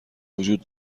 وجود